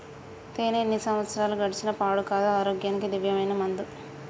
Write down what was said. తేనే ఎన్ని సంవత్సరాలు గడిచిన పాడు కాదు, ఆరోగ్యానికి దివ్యమైన మందు